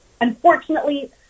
unfortunately